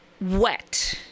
wet